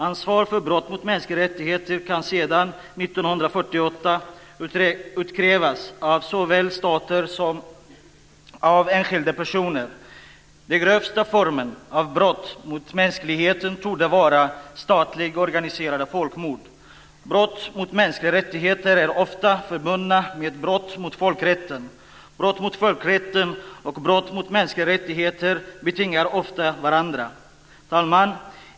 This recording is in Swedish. Ansvar för brott mot mänskliga rättigheter kan sedan 1948 utkrävas av såväl stater som enskilda personer. Den grövsta formen av brott mot mänskligheten torde vara statligt organiserade folkmord. Brott mot mänskliga rättigheter är ofta förbundna med brott mot folkrätten. Brott mot folkrätten och brott mot mänskliga rättigheter betingar ofta varandra. Fru talman!